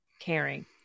caring